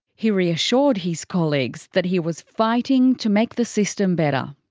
he reassured his colleagues that he was fighting to make the system better.